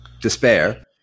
despair